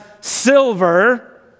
silver